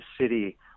city